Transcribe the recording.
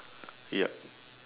ya